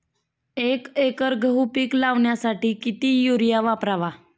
एक एकर गहू पीक लावण्यासाठी किती युरिया वापरावा?